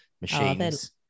machines